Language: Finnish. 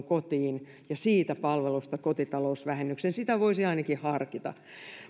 kotiin ja siitä palvelusta kotitalousvähennyksen sitä voisi ainakin harkita